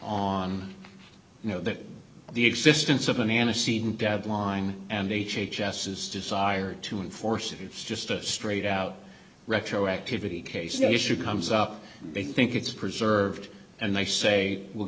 on you know that the existence of banana seed and deadline and h h s is desired to enforce it it's just a straight out retroactivity case the issue comes up they think it's preserved and they say we'll